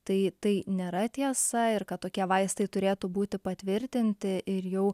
tai tai nėra tiesa ir kad tokie vaistai turėtų būti patvirtinti ir jau